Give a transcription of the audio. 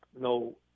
no